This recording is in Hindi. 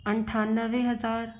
अठानवे हज़ार